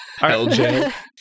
LJ